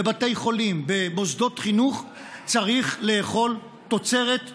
בבתי חולים ובמוסדות חינוך צריך לאכול מתוצרת כחול-לבן,